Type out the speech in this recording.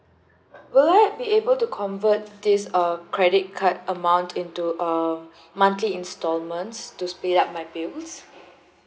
will I be able to convert this uh credit card amount into uh monthly instalments to speed up my bills